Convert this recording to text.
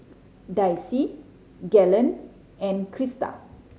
Daisye Galen and Krysta